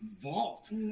vault